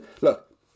look